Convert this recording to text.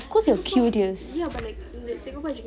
of course they're curious